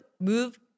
move